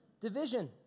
Division